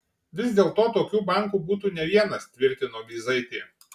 vis dėlto tokių bankų būtų ne vienas tvirtino vyzaitė